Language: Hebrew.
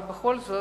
אבל בכל זאת,